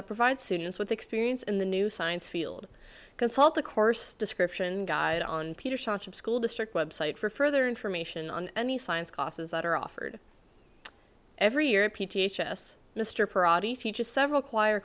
that provide students with experience in the new science field consult a course description guide on peter shots of school district website for further information on any science classes that are offered every year p t h s mr prady teaches several choir